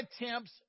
attempts